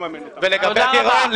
תודה רבה.